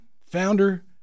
founder